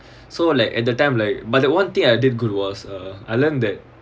so like at that time like but the one thing I did good was uh I learnt that